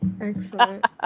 excellent